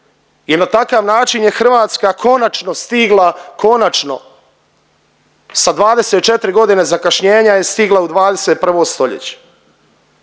I na takav način je Hrvatska konačno stigla, konačno sa 24 godina zakašnjenja je stigla u 21. st. jer